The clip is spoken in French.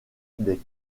des